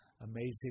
amazing